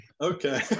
Okay